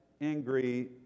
angry